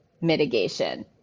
mitigation